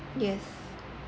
yes